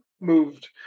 moved